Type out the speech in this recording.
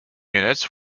units